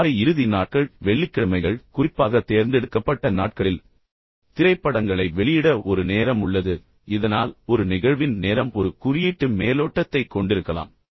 எனவே வார இறுதி நாட்கள் வெள்ளிக்கிழமைகள் அல்லது குறிப்பாக தேர்ந்தெடுக்கப்பட்ட நாட்களில் திரைப்படங்களை வெளியிட ஒரு நேரம் உள்ளது இதனால் ஒரு நிகழ்வின் நேரம் ஒரு குறியீட்டு மேலோட்டத்தைக் கொண்டிருக்கலாம்